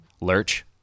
lurch